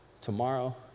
tomorrow